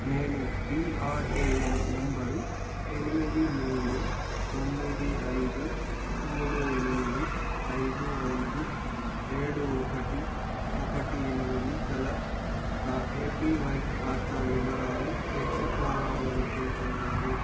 నేను PRAN number ఎనిమిది మూడు తొమ్మిది ఐదు మూడు ఎనిమిది ఐదు ఐదు ఏడు ఒకటి ఒకటి ఎనిమిది గల నా ఏపీవై ఖాతా వివరాలు తెలుసుకోవాలని అనుకుంటున్నాను